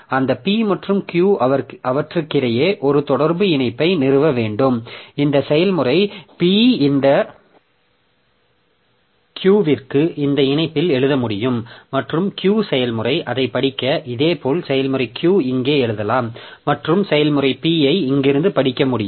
அந்த P மற்றும் Q அவற்றுக்கிடையே ஒரு தொடர்பு இணைப்பை நிறுவ வேண்டும் இந்த செயல்முறை P இந்த Qவுக்கு இந்த இணைப்பில் எழுத முடியும் மற்றும் Q செயல்முறை அதை படிக்க இதேபோல் செயல்முறை Q இங்கே எழுதலாம் மற்றும் செயல்முறை P ஐ இங்கிருந்து படிக்க முடியும்